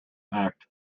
act